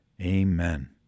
amen